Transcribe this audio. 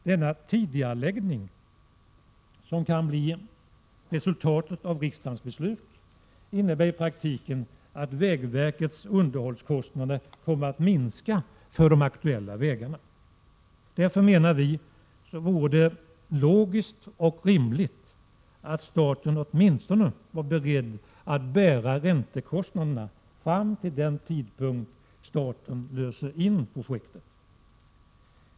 Denna tidigareläggning, som kan bli resultatet av riksdagens beslut, innebär i praktiken att vägverkets underhållskostnader kommer att minska för de aktuella vägarna. Därför vore det enligt vår mening logiskt och rimligt att staten åtminstone var beredd att bära räntekostnaderna fram till den tidpunkt då staten löser in projektet.